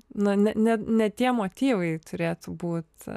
na ne ne ne tie motyvai turėtų būt